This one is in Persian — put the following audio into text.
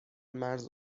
مرز